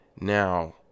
now